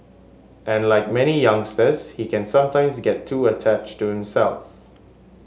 and like many youngsters he can sometimes get too attached to himself